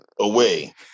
away